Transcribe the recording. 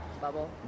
bubble